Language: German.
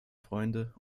freunde